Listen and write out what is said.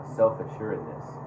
self-assuredness